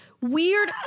weird